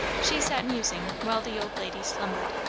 she sat musing while the old lady slumbered.